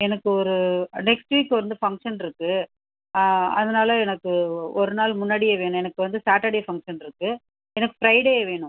எனக்கு ஒரு next week வந்து ஃபங்க்ஷன் இருக்குது அதனால எனக்கு ஒ ஒரு நாள் முன்னாடியே வேணும் எனக்கு வந்து சாட்டர்டே ஃபங்க்ஷன் இருக்குது எனக்கு ஃப்ரைடே வேணும்